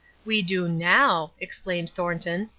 we do now explained thornton,